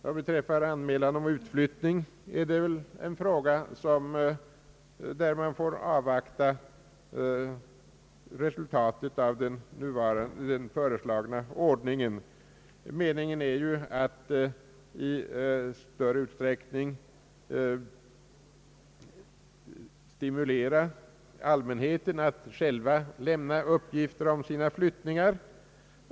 I fråga om anmälan om utflyttning får man väl avvakta resultatet av den föreslagna nya ordningen. Meningen är att i större utsträckning söka stimulera allmänheten att lämna uppgifter om flyttningar.